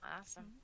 Awesome